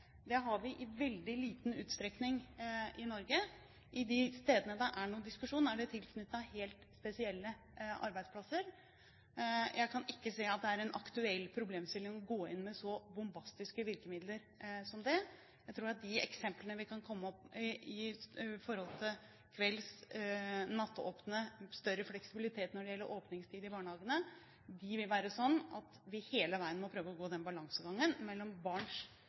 Det har vi i veldig liten utstrekning i Norge. De stedene det er noen diskusjon, er det tilknyttet helt spesielle arbeidsplasser. Jeg kan ikke se at det er en aktuell problemstilling å gå inn med så bombastiske virkemidler som det. Jeg tror at de eksemplene vi kan komme opp i når det gjelder større fleksibilitet i åpningstid i barnehagene, vil være sånn at vi hele veien må prøve å gå balansegangen mellom barns